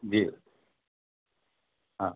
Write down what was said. जी हाँ